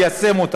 ליישם.